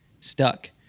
stuck